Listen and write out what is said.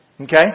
Okay